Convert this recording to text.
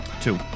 Two